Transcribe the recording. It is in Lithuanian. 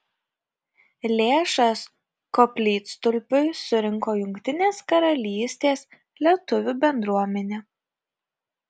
lėšas koplytstulpiui surinko jungtinės karalystės lietuvių bendruomenė